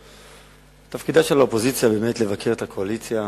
תפקידה של האופוזיציה הוא לבקר את הקואליציה,